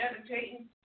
meditating